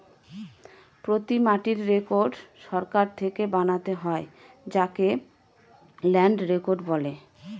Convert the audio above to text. প্রতি মাটির রেকর্ড সরকার থেকে বানাতে হয় যাকে ল্যান্ড রেকর্ড বলে